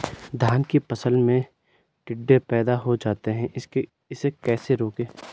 धान की फसल में टिड्डे पैदा हो जाते हैं इसे कैसे रोकें?